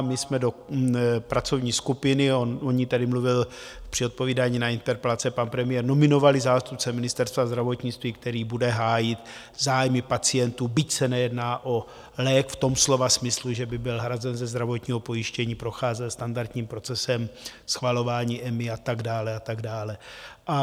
My jsme do pracovní skupiny o ní tady mluvil při odpovídání na interpelace pan premiér nominovali zástupce Ministerstva zdravotnictví, který bude hájit zájmy pacientů, byť se nejedná o lék v tom slova smyslu, že by byl hrazen ze zdravotního pojištění, procházel standardním procesem schvalování EMA a tak dále a tak dále.